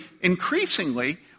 increasingly